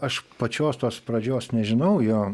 aš pačios tos pradžios nežinau jo